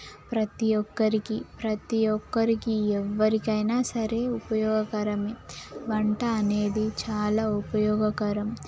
ప్రతీ ఒక్కరికి ప్రతీ ఒక్కరికి ఎవరికైనా సరే ఉపయోగకరమే వంట అనేది చాలా ఉపయోగకరం